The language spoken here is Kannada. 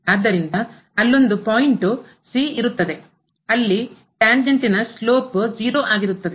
ಆದ್ದರಿಂದ ಅಲ್ಲೊಂದು ಪಾಯಿಂಟ್ c ಇರುತ್ತದೆ ಅಲ್ಲಿ ಟೇನ್ಜೆಂಟ್ ಸ್ಲೋಪ್ ಆಗುತ್ತದೆ